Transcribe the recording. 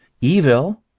evil